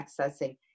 accessing